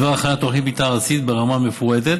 בדבר הכנסת תוכנית מתאר ארצית ברמה מפורטת